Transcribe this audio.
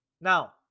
Now